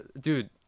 Dude